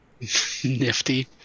Nifty